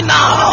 now